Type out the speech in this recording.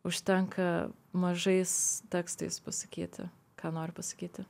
užtenka mažais tekstais pasakyti ką nori pasakyti